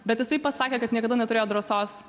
bet jisai pasakė kad niekada neturėjo drąsos